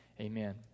Amen